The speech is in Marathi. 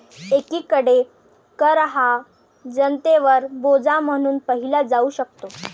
एकीकडे कर हा जनतेवर बोजा म्हणून पाहिला जाऊ शकतो